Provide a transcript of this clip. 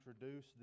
introduce